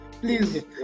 please